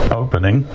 opening